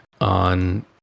on